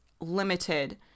limited